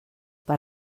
per